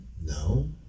No